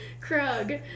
Krug